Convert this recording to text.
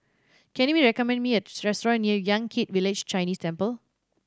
can you recommend me a restaurant near Yan Kit Village Chinese Temple